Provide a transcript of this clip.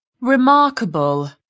remarkable